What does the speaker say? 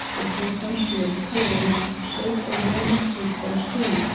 with her sumptuous coloring, showed a warmer cheek than she,